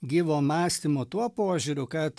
gyvo mąstymo tuo požiūriu kad